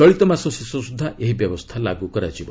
ଚଳିତ ମାସ ଶେଷ ସୁଦ୍ଧା ଏହି ବ୍ୟବସ୍ଥା ଲାଗୁ କରାଯିବ